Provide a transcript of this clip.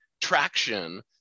traction